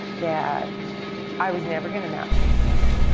that i was never going to amount to anything,